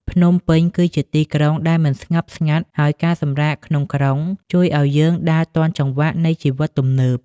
ភ្នំពេញគឺជាទីក្រុងដែលមិនដែលស្ងប់ស្ងាត់ ហើយការសម្រាកក្នុងក្រុងជួយឱ្យយើងដើរទាន់ចង្វាក់នៃជីវិតទំនើប។